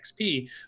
XP